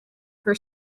her